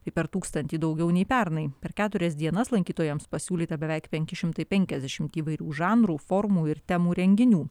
per tūkstantį daugiau nei pernai per keturias dienas lankytojams pasiūlyta beveik penki šimtai penkiasdešimt įvairių žanrų formų ir temų renginių